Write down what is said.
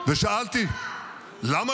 של שחרור